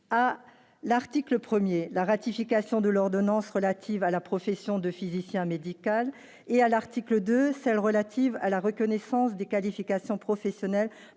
à l'article 1er la ratification de l'ordonnance relative à la profession de physicien médical et à l'article 2, celle relative à la reconnaissance des qualifications professionnelles